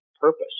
purpose